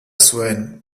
zuen